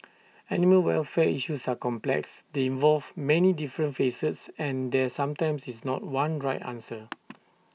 animal welfare issues are complex they involve many different facets and there sometimes is not one right answer